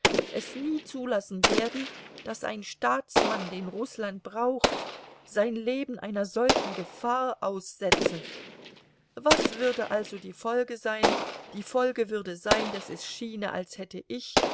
es nie zulassen werden daß ein staatsmann den rußland braucht sein leben einer solchen gefahr aussetze was würde also die folge sein die folge würde sein daß es schiene als hätte ich